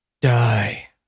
Die